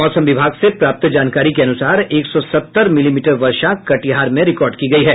मौसम विभाग से प्राप्त जानकारी के अनुसार एक सौ सत्तर मिलीमीटर वर्षा कटिहार में रिकॉर्ड की गयी है